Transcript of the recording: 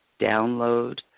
download